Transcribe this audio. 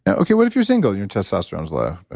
and okay, what if you're single, your testosterone is low?